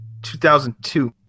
2002